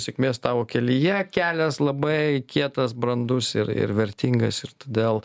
sėkmės tavo kelyje kelias labai kietas brandus ir ir vertingas ir todėl